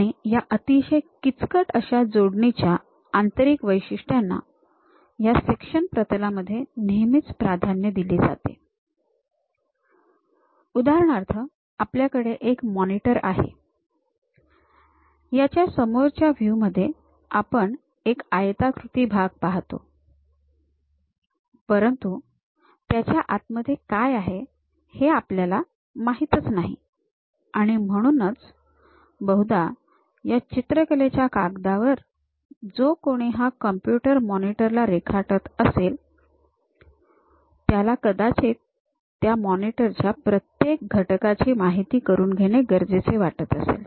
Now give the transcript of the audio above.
आणि या अतिशय किचकट अशा जोडणीच्या आंतरिक वैशिष्ट्याना ह्या सेक्शनल प्रतलामध्ये नेहमीच प्राधान्य दिले जाते उदाहरणार्थ आपल्याकडे एक मॉनिटर आहे याच्या समोरच्या व्हयू मध्ये आपण एक आयताकृती भाग पाहतो परंतु त्याच्या आतमध्ये काय आहे हे आपल्याला माहीतच नाही आणि म्हणूनच बहुधा ह्या चित्रकलेच्या कागदावर जो कोणी ह्या कॉम्पुटर मॉनिटर ला रेखाटत असेल त्याला कदाचित त्या मॉनिटर च्या प्रत्येक घटकाची माहिती करून घेणे गरजेचे वाटत असेल